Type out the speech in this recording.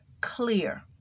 clear